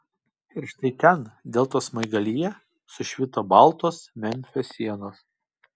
ir štai ten deltos smaigalyje sušvito baltos memfio sienos